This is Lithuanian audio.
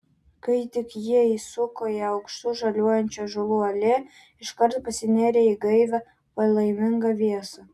kai tik jie įsuko į aukštų žaliuojančių ąžuolų alėją iškart pasinėrė į gaivią palaimingą vėsą